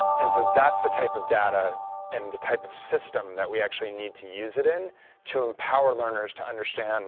and so that's the type of data and the type of system that we actually need to use it in to empower learners to understand